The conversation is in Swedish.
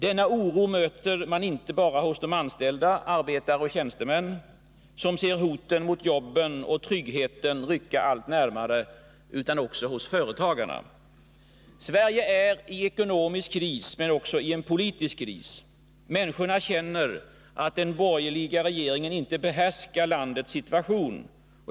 Denna oro möter man inte bara hos de anställda — arbetare och tjänstemän, som ser hoten mot jobben och tryggheten rycka allt närmare — utan också hos företagarna. Sverige är i ekonomisk kris men också i en politisk kris. Människorna känner att den borgerliga regeringen inte behärskar landets situation.